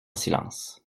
silence